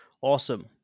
Awesome